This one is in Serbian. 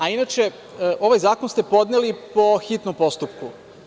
Inače, ovaj zakon ste podneli po hitnom postupku.